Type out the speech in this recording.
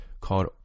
called